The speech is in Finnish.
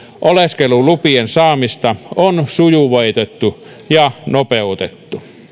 oleskelulupien saamista on sujuvoitettu ja nopeutettu